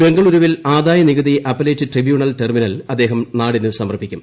ബംഗളൂരുവിൽ ആദായനികുതി appellate tribunal terminal അദ്ദേഹം നാടിന് സമർപ്പിക്കും